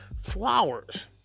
Flowers